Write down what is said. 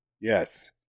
Yes